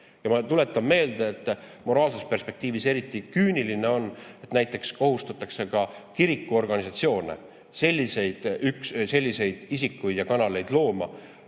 Ma tuletan meelde, et moraalses perspektiivis on eriti küüniline, et näiteks kohustatakse ka kirikuorganisatsioone selliseid isikuid ja kanaleid looma.